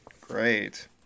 Great